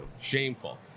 shameful